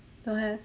don't have